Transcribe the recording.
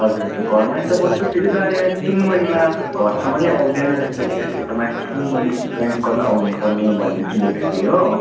हजुर हजुर घरमै त बस्छु फेरि दा यहाँ सिंहमारीमा घरसम्म नि आउँदैन रहेछ ग्यास यता माथि सिंहमारी स्ट्यान्ड कता आउनु पर्ने भन्ने सुनेको थिएँ हो